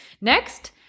Next